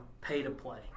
pay-to-play